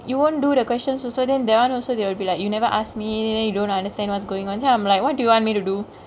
you won't do the questions also then that one also they would be like you never ask me then you don't understand what's goingk on then I'm like what do you want me to do